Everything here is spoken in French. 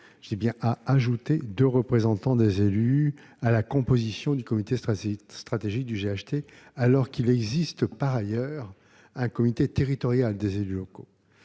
conduirait à ajouter deux représentants des élus à la composition du comité stratégique du GHT, alors qu'il existe par ailleurs un comité territorial des élus locaux.